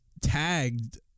tagged